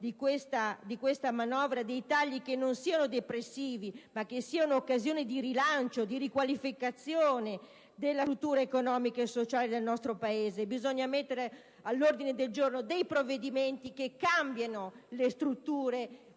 di questa manovra tagli che non siano depressivi, ma che siano occasione di rilancio e di riqualificazione della struttura economica e sociale del nostro Paese, bisogna inserire all'ordine del giorno provvedimenti che cambino strutture